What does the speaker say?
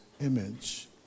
image